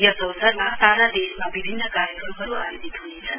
यस अवसरमा सारा देशमा विभिन्न कार्यक्रमहरू आयोजित हुनेछन्